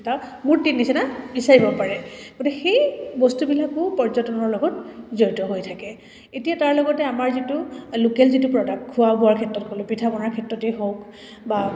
এটা মূৰ্তিৰ নিচিনা বিচাৰিব পাৰে গতিকে সেই বস্তুবিলাকো পৰ্যটনৰ লগত জড়িত হৈ থাকে এতিয়া তাৰ লগতে আমাৰ যিটো লোকেল যিটো প্ৰডাক্ট খোৱা বোৱাৰ ক্ষেত্ৰত ক'লোঁ পিঠা পনাৰ ক্ষেত্ৰতেই হওক বা